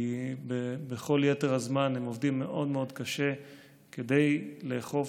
כי בכל יתר הזמן הם עובדים מאוד מאוד קשה כדי לאכוף.